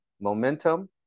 momentum